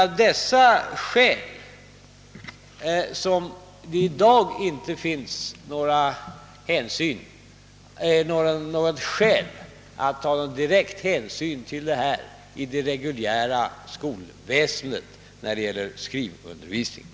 Vi finner inte något skäl att i dag ta direkt hänsyn till detta när det gäller skrivundervisningen i det reguljära skolväsendet.